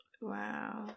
wow